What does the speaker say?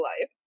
life